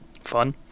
Fun